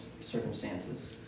circumstances